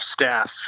staff